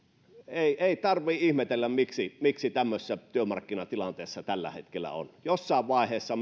ei ei tarvitse ihmetellä miksi miksi tämmöisessä työmarkkinatilanteessa tällä hetkellä ollaan jossain vaiheessa